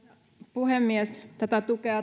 puhemies tätä tukea